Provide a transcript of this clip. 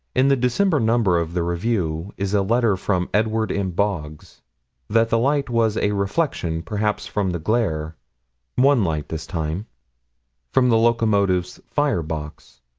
in the december number of the review is a letter from edward m. boggs that the light was a reflection, perhaps, from the glare one light this time from the locomotive's fire-box,